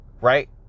right